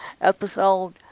episode